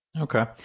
Okay